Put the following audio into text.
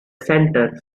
center